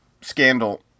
scandal